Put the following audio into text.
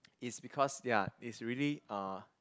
is because ya it's really uh